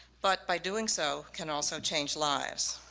but by doing so can also change lives.